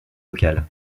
local